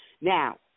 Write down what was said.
Now